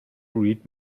read